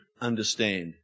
understand